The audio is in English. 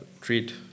treat